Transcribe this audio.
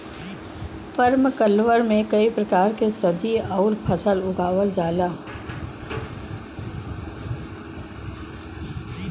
permaculture में कई प्रकार के सब्जी आउर फसल उगावल जाला